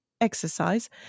exercise